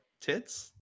tits